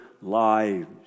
lives